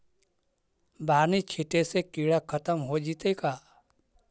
बानि छिटे से किड़ा खत्म हो जितै का?